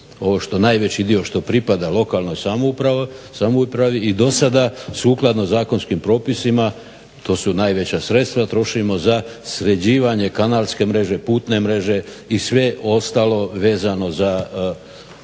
najveći dio što pripada lokalnoj samoupravi i dosada sukladno zakonskim propisima to su najveća sredstva trošimo za sređivanje kanalske mreže, putne mreže i sve ostalo vezano za